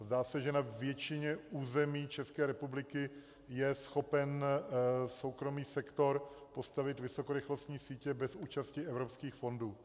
Zdá se, že na většině území České republiky je schopen soukromý sektor postavit vysokorychlostní sítě bez účasti evropských fondů.